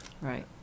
Right